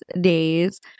days